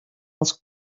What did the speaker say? els